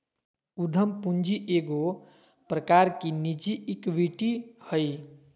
उद्यम पूंजी एगो प्रकार की निजी इक्विटी हइ